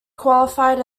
qualified